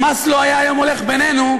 אם מאסלו היה היום הולך בינינו,